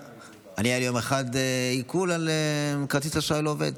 היה לי יום אחד עיקול על כרטיס אשראי לא עובד.